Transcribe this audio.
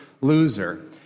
loser